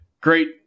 great